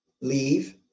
Leave